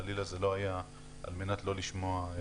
זה חלילה לא היה על מנת לא לשמוע.